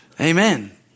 Amen